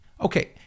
Okay